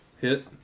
Hit